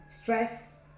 stress